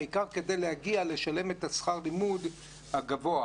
העיקר להגיע לשלם את שכר הלימוד הגבוה.